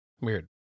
Weird